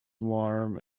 warm